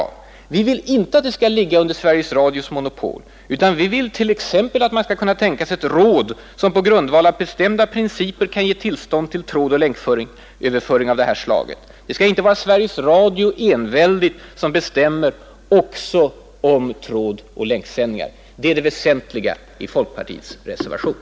Vi vill inte att trådoch länksändningarna skall ligga under Sveriges Radios monopol, utan vi vill t.ex. att man skall kunna tänka sig ett råd som på grundval av bestämda principer kan ge tillstånd till trådoch länköverföring av detta slag. Det skall inte vara Sveriges Radio som enväldigt bestämmer också om det här området. Det är det väsentliga i folkpartiets reservation.